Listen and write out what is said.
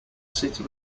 city